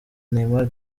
neymar